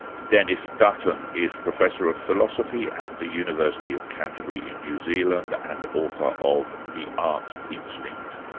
denis dutton is professor of philosophy at the university of canterbury in new zealand, and author of the art instinct.